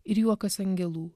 ir juokas angelų